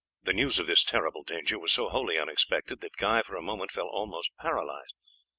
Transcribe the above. the news of this terrible danger was so wholly unexpected that guy for a moment felt almost paralyzed.